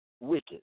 wicked